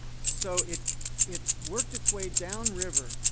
so it it worked its way downriver